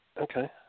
Okay